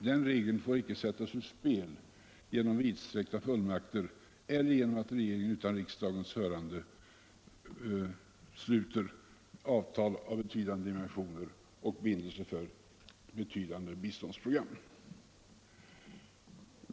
Den regeln får icke sättas ur spel genom vidsträckta fullmakter eller genom att regeringen utan riksdagens hörande sluter avtal av betydande dimensioner och binder sig för stora biståndsprogram.